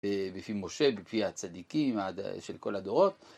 ולפי משה ולפי הצדיקים של כל הדורות.